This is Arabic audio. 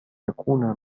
يكون